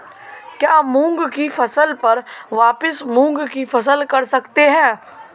क्या मूंग की फसल पर वापिस मूंग की फसल कर सकते हैं?